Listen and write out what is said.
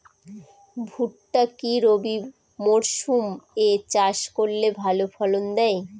ভুট্টা কি রবি মরসুম এ চাষ করলে ভালো ফলন দেয়?